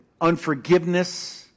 unforgiveness